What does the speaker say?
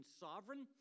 sovereign